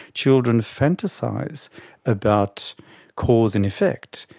children fantasise about cause and effect,